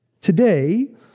Today